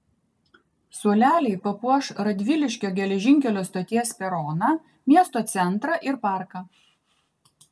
suoleliai papuoš radviliškio geležinkelio stoties peroną miesto centrą ir parką